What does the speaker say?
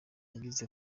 yagize